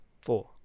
Four